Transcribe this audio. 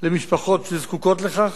למשפחות שזקוקות לכך,